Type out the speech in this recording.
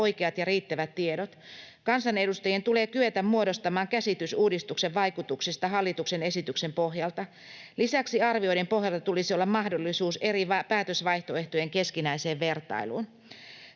oikeat ja riittävät tiedot. Kansanedustajien tulee kyetä muodostamaan käsitys uudistuksen vaikutuksista hallituksen esityksen pohjalta. Lisäksi arvioiden pohjalta tulisi olla mahdollisuus eri päätösvaihtoehtojen keskinäiseen vertailuun.